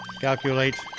Calculate